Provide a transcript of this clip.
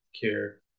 care